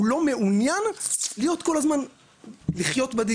הוא לא מעוניין לחיות בדיגיטל,